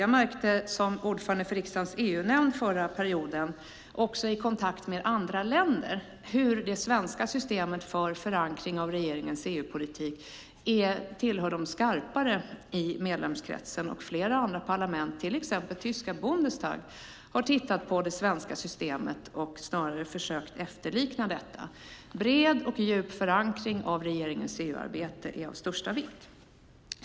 Jag märkte som ordförande för riksdagens EU-nämnd förra mandatperioden också i kontakt med andra länder hur det svenska systemet för förankring av regeringens EU-politik tillhör de skarpare i medlemskretsen. Flera andra parlament, till exempel tyska Bundestag, har tittat på det svenska systemet och försökt efterlikna detta. En bred och djup förankring av regeringens EU-arbete är av största vikt.